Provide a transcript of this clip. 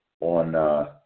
on –